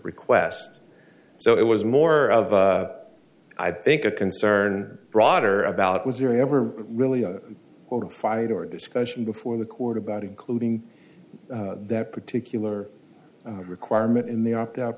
request so it was more of a i think a concern broader about was there ever really an old fight or discussion before the court about including that particular requirement in the opt out